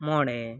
ᱢᱚᱬᱮ